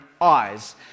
eyes